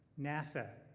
nasa,